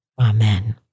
Amen